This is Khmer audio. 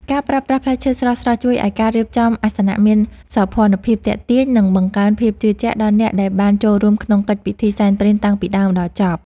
ការប្រើប្រាស់ផ្លែឈើស្រស់ៗជួយឱ្យការរៀបចំអាសនៈមានសោភ័ណភាពទាក់ទាញ និង បង្កើនភាពជឿជាក់ដល់អ្នកដែលបានចូលរួមក្នុងកិច្ចពិធីសែនព្រេនតាំងពីដើមដល់ចប់។